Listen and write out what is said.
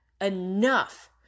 enough